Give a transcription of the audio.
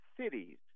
cities